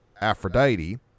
Aphrodite